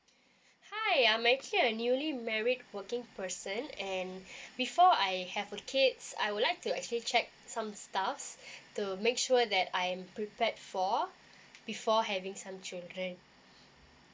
hi I'm actually a newly married working person and before I have a kids I would like to actually check some stuffs to make sure that I'm prepared for before having some children